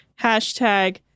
Hashtag